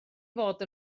fod